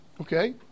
Okay